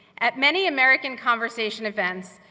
at many american conversation events,